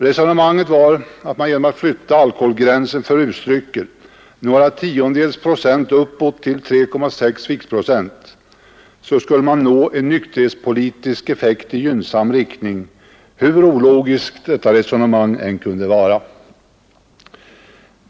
Det anfördes att man, genom att flytta alkoholgränsen för rusdrycker några tiondels procent uppåt till 3,6 viktprocent, skulle få en gynnsam nykterhetspolitisk effekt — hur ologiskt detta resonemang än kunde vara.